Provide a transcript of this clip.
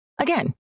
Again